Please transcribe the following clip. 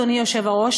אדוני היושב-ראש,